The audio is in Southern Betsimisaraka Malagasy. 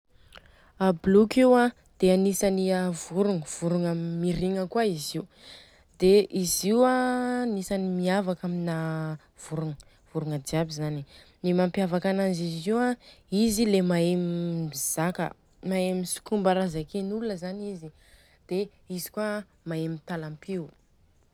A boloky io a dia agnisany vorogna, vorogna mirigna koa izy Io, dia izy io a agnisany miavaka amina vorogna, vorogna jiaby zany. Ny mampiavaka ananjy izy io a izy le mae mizaka, mae misokomba raha zaken'olona zany izy, dia izy koa mae mitalampio.